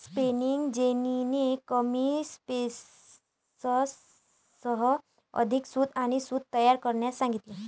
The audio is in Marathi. स्पिनिंग जेनीने कमी स्पिनर्ससह अधिक सूत आणि सूत तयार करण्यास सांगितले